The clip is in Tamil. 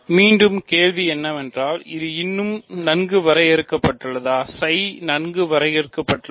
மீண்டும் கேள்வி என்னவென்றால் இது இன்னும் நன்கு வரையறுக்கப்பட்டுள்ளதா ψ நன்கு வரையறுக்கப்பட்டுள்ளதா